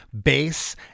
bass